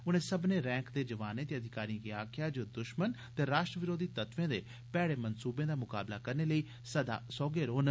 उनें सब्भर्ने रैंक दे जवानें ते अधिकारिएं गी आखेआ जे ओह् द्रश्मन ते राष्ट्री बरोधी तत्वें दे भैड़े मन्सूबें दा म्काबला करने लेई सदा सौहगे रौहन